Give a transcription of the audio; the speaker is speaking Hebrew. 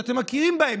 שאתם מכירים בהן,